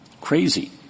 crazy